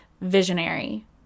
visionary